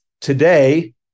Today